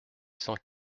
cent